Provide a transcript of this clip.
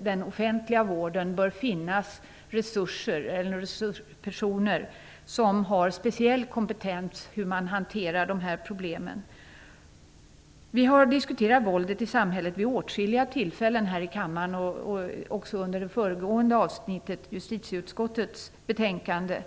den offentliga vården bör finnas resurspersoner som har speciell kompetens för att hantera de här problemen. Vi har diskuterat våldet i samhället vid åtskilliga tillfällen här i kammaren, också under det föregående avsnittet om justitieutskottets betänkande.